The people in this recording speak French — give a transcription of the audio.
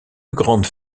grandes